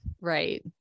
right